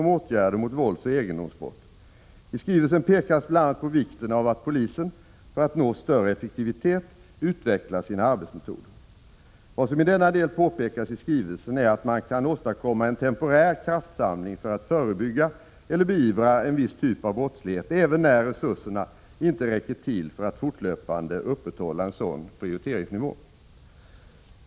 1986/87:21) om åtgärder mot våldsoch egendomsbrott. I skrivelsen pekas bl.a. på vikten av att polisen, för att nå större effektivitet, utvecklar sina arbetsmetoder. Vad som i denna del påpekas i skrivelsen är att man kan åstadkomma en temporär kraftsamling för att förebygga eller beivra en viss typ av brottslighet även när resurserna inte räcker till för att fortlöpande upprätthålla en sådan prioriteringsnivå.